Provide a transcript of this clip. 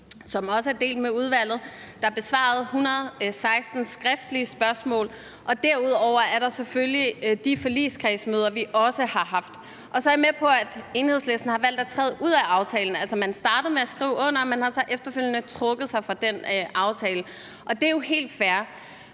som også er blevet delt med udvalget; der er besvaret 116 skriftlige spørgsmål; og derudover er der selvfølgelig de forligskredsmøder, vi også har haft. Så er jeg med på, at Enhedslisten har valgt at træde ud af aftalen. Altså, man startede med at skrive under, men har så efterfølgende trukket sig fra den aftale, og det er jo helt fair.